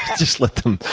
just let them